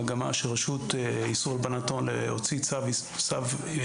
מגמה של רשות איסור הלבנת הון להוציא צו מיוחד,